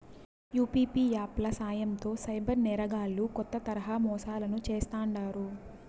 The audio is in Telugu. యూ.పీ.పీ యాప్ ల సాయంతో సైబర్ నేరగాల్లు కొత్త తరహా మోసాలను చేస్తాండారు